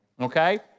okay